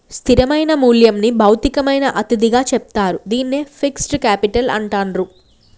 స్థిరమైన మూల్యంని భౌతికమైన అతిథిగా చెప్తారు, దీన్నే ఫిక్స్డ్ కేపిటల్ అంటాండ్రు